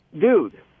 Dude